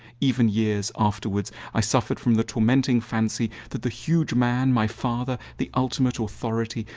even years afterwards i suffered from the tormenting fancy that the huge man, my father, the ultimate authority,